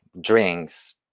drinks